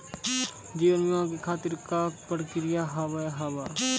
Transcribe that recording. जीवन बीमा के खातिर का का प्रक्रिया हाव हाय?